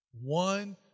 One